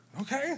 Okay